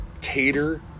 tater